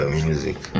music